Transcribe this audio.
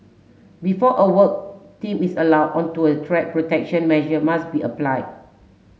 before a work team is allowed onto a track protection measure must be applied